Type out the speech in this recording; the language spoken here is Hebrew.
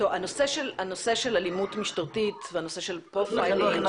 הנושא של אלימות משטרתית והנושא של פרופיילינג